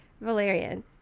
Valerian